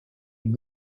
une